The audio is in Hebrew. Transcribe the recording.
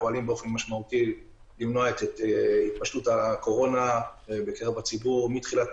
פועלת באופן משמעותי למנוע את התפשטות הקורונה בקרב הציבור מתחילת